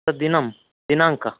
तद् दिनं दिनाङ्कः